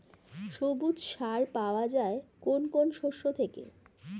সবুজ সার পাওয়া যায় কোন কোন শস্য থেকে?